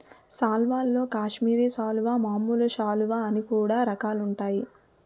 సాల్వల్లో కాశ్మీరి సాలువా, మామూలు సాలువ అని కూడా రకాలుంటాయి